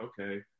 okay